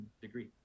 degree